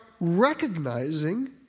recognizing